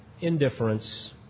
indifference